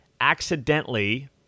accidentally